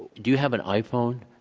do you have an iphone?